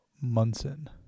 Munson